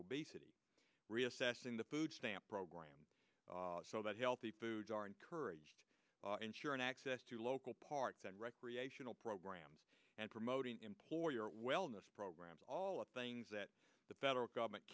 obesity reassessing the food stamp program so that healthy foods are encouraged ensure an access to local parks and recreational programs and promoting employer wellness programs all of the things that the federal government